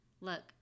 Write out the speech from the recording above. Look